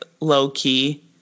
low-key